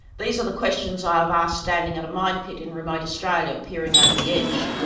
these are the questions i have asked standing at a mine pit in remote australia, peering over the edge.